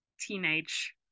teenage